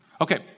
Okay